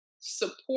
support